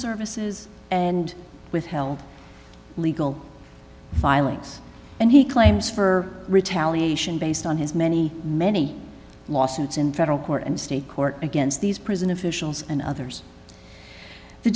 services and withheld legal filings and he claims for retaliation based on his many many lawsuits in federal court and state court against these prison officials and others the